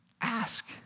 ask